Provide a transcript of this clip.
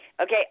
Okay